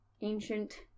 ancient